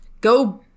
go